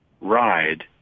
ride